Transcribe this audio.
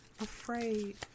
afraid